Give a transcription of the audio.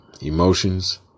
emotions